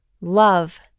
love